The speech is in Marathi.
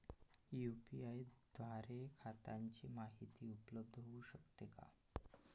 यू.पी.आय द्वारे खात्याची माहिती उपलब्ध होऊ शकते का?